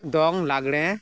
ᱫᱚᱝ ᱞᱟᱜᱽᱬᱮ